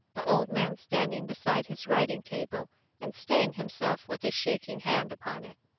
the old man standing beside his writing-table, and staying himself with a shaking hand upon it.